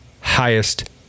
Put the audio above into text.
highest